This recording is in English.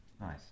Nice